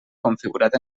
configurat